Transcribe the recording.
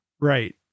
Right